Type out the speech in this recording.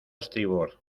estribor